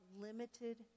limited